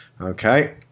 Okay